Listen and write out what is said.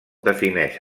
defineix